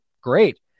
Great